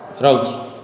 ରହୁଛି